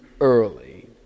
early